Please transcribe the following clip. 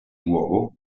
uovo